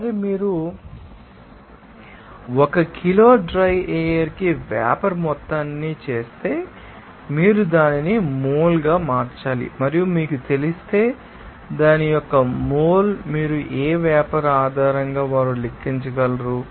కాబట్టి ఒకసారి మీరు ఒక కిలో డ్రై ఎయిర్ కి వేపర్ మొత్తాన్ని చేస్తే మీరు దానిని మోల్ గా మార్చాలి మరియు మీకు తెలిస్తే దాని యొక్క మోల్ మీరు ఏ వేపర్ ఆధారంగా వారు లెక్కించగలరు